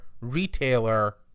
retailer